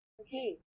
Okay